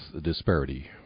disparity